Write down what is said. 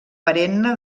perenne